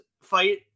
fight